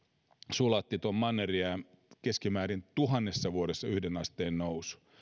sulatti keskimäärin tuhannessa vuodessa yhden asteen nousu